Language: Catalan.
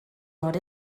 nord